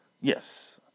Yes